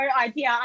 idea